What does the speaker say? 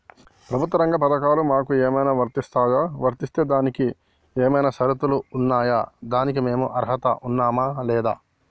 ప్రభుత్వ రంగ పథకాలు మాకు ఏమైనా వర్తిస్తాయా? వర్తిస్తే దానికి ఏమైనా షరతులు ఉన్నాయా? దానికి మేము అర్హత ఉన్నామా లేదా?